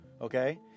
Okay